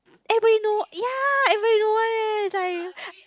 everybody know ya everybody know one leh it's like